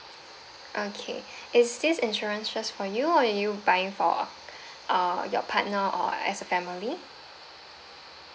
okay is this insurance just for you or you buying for uh your partner or as a family